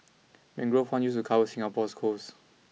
Mangrove one used to cover Singapore's coasts